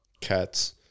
Cats